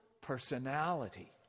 personality